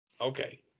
Okay